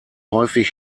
häufig